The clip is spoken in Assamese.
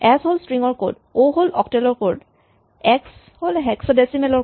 এচ হ'ল স্ট্ৰিং ৰ কড অ' হ'ল অক্টেল ৰ এক্স হেক্সাডেচিমেল ৰ